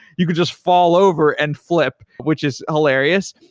you could just fall over and flip, which is hilarious.